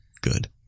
good